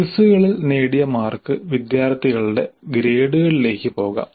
ക്വിസുകളിൽ നേടിയ മാർക്ക് വിദ്യാർത്ഥികളുടെ ഗ്രേഡുകളിലേക്ക് പോകാം